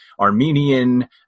Armenian